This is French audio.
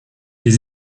des